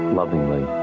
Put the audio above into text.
lovingly